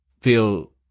feel